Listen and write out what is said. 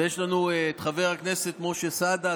יש לנו את חבר הכנסת משה סעדה,